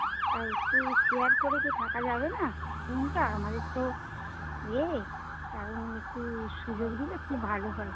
আচ্ছা একটু শেয়ার করে কি থাকা যাবে না কি বলুন তো আমাদের তো ইয়ে কারণ একটু সুযোগ দিলে খুব ভালো হয়